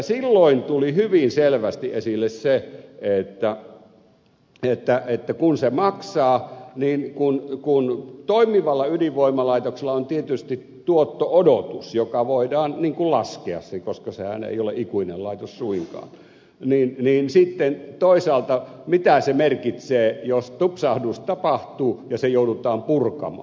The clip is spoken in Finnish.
silloin tuli hyvin selvästi esille se että kun ydinvoimalaitos maksaa ja kun toimivalla ydinvoimalaitoksella on tietysti tuotto odotus joka voidaan laskea koska sehän ei ole ikuinen laitos suinkaan niin mitä sitten toisaalta merkitsee jos tupsahdus tapahtuu ja se joudutaan purkamaan